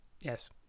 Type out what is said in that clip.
yes